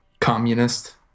communist